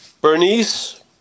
Bernice